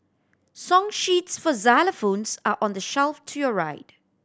song sheets for xylophones are on the shelf to your right